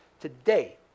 today